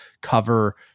cover